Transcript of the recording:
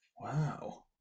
Wow